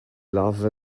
love